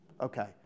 Okay